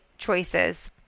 Choices